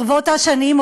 ברבות השנים,